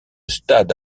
stade